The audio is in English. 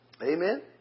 Amen